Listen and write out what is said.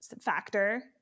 factor